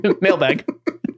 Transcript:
Mailbag